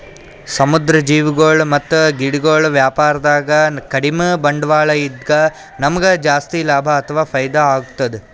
ಸಮುದ್ರ್ ಜೀವಿಗೊಳ್ ಮತ್ತ್ ಗಿಡಗೊಳ್ ವ್ಯಾಪಾರದಾಗ ಕಡಿಮ್ ಬಂಡ್ವಾಳ ಇದ್ದ್ ನಮ್ಗ್ ಜಾಸ್ತಿ ಲಾಭ ಅಥವಾ ಫೈದಾ ಆಗ್ತದ್